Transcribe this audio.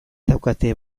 daukate